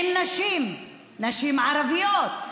עם נשים, נשים ערביות,